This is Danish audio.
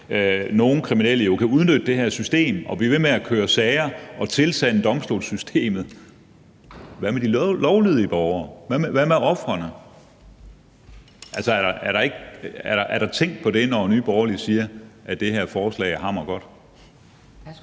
nogle kriminelle, der kan udnytte det her system og blive ved med at køre sager og tilsande domstolssystemet. Hvad med de lovlydige borgere? Hvad med ofrene? Er der tænkt på det, når Nye Borgerlige siger, at det her forslag er hammergodt?